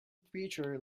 preacher